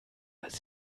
als